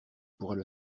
pourrait